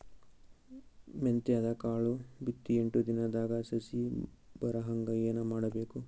ಮೆಂತ್ಯದ ಕಾಳು ಬಿತ್ತಿ ಎಂಟು ದಿನದಾಗ ಸಸಿ ಬರಹಂಗ ಏನ ಮಾಡಬೇಕು?